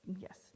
yes